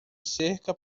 cerca